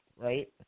right